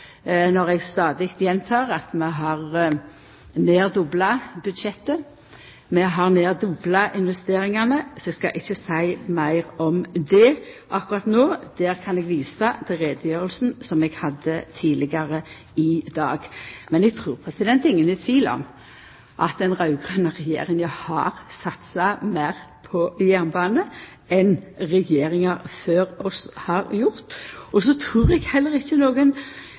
når eg stadig gjentek at vi har nær dobla budsjettet, vi har nær tredobla investeringane. Så eg skal ikkje seia meir om det akkurat no, der kan eg visa til utgreiinga som eg hadde tidlegare i dag. Men eg trur ingen er i tvil om at den raud-grøne regjeringa har satsa meir på jernbane enn regjeringar før oss har gjort, og eg trur heller ikkje det kan gå nokon